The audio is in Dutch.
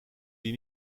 die